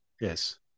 Yes